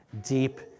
deep